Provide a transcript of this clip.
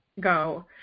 go